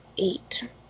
eight